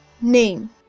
name